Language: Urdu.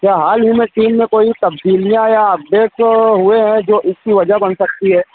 کیا حال ہی میں ٹیم میں کوئی تبدیلیاں یا اپڈیٹس ہوئے ہیں جو اس کی وجہ بن سکتی ہے